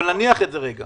אבל נניח את זה לרגע.